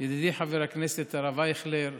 ידידי חבר הכנסת הרב אייכלר,